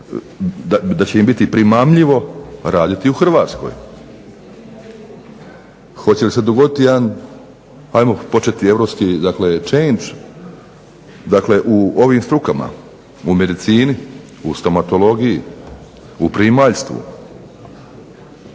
da će im biti primamljivo raditi u Hrvatskoj. Hoće li se dogoditi jedan europski change dakle u ovim strukama, u medicini, u stomatologiji, u primaljstvu.